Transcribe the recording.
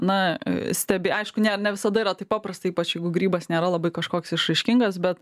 na stebi aišku ne ne visada yra taip paprasta ypač jeigu grybas nėra labai kažkoks išraiškingas bet